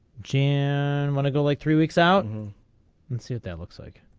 jan wanna go like three weeks out and and see if that looks like.